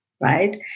right